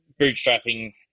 bootstrapping